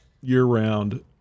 year-round